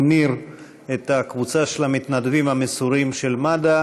ניר את הקבוצה של המתנדבים המסורים של מד"א